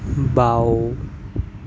বাওঁ